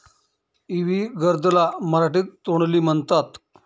इवी gourd ला मराठीत तोंडली म्हणतात